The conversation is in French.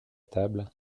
table